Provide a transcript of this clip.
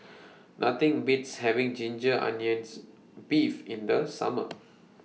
Nothing Beats having Ginger Onions Beef in The Summer